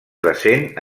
present